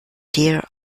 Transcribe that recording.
dear